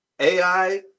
AI